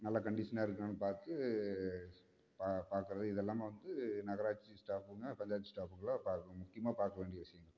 நல்ல கண்டிஷனாக இருக்கான்னு பார்த்து பா பார்க்குறது இதெல்லாமே வந்து நகராட்சி ஸ்டாஃபுங்க பஞ்சாயத்து ஸ்டாஃபுக்களும் பார்க்க முக்கியமாக பார்க்கவேண்டிய விஷயங்கள்